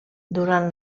durant